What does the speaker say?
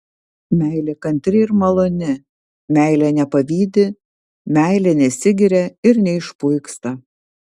meilė kantri ir maloni meilė nepavydi meilė nesigiria ir neišpuiksta